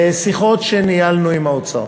בשיחות שניהלנו עם האוצר,